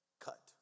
cut